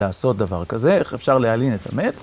לעשות דבר כזה, איך אפשר להלין את המת?